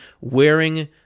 wearing